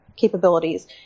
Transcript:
capabilities